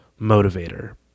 motivator